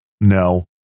No